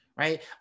Right